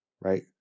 right